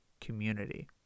community